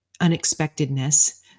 unexpectedness